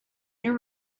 new